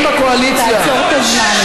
חברים בקואליציה.